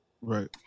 right